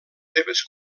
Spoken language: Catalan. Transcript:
seves